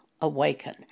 awaken